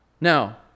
Now